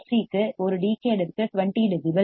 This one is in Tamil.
சி ஒரு டிகேட்ற்கு 20 டெசிபல்